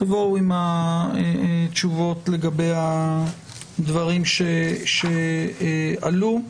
תבואו עם התשובות לגבי הדברים שעלו.